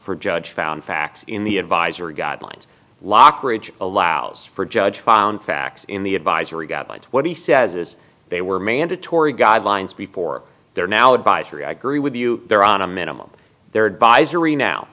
for judge found facts in the advisory guidelines lockridge allows for judge found facts in the advisory what he says is they were mandatory guidelines before they're now advisory i agree with you there on a minimum there advisory now